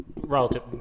relative